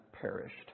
perished